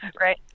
right